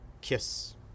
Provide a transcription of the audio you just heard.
kiss